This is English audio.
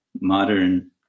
modern